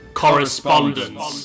correspondence